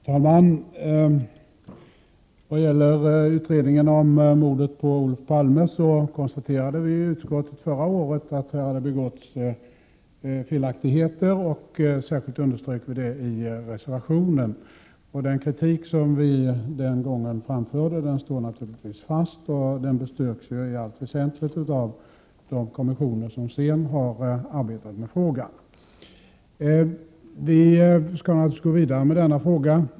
Herr talman! Vad gäller utredningen om mordet på Olof Palme konstaterade vi i utskottet förra året att det hade begåtts felaktigheter. Särskilt underströk vi detta i reservationen, och den kritik vi den gången framförde står naturligtvis fast. Den bestyrks i allt väsentligt av de kommissioner som sedan dess har arbetat med frågan. Vi skall naturligtvis gå vidare med denna fråga.